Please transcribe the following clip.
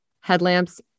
Headlamps